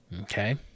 Okay